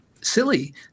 silly